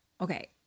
Okay